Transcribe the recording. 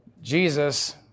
Jesus